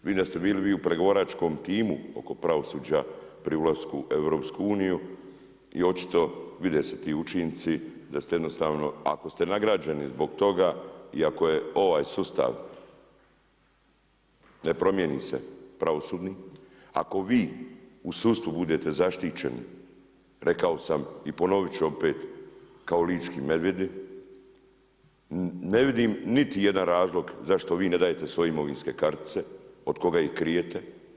Vi da ste bili u pregovaračkom timu oko pravosuđa pri ulasku u EU i očito vide se ti učinci, da ste jednostavno ako ste nagrađeni zbog toga i ako je ovaj sustav ne promijeni se pravosudni, ako vi u sudstvu budete zaštićeni, rekao sam i ponoviti ću opet kao lički medvjedi, ne vidim niti jedan razlog zašto vi ne dajete svoje imovinske kartice, od koga ih krijete.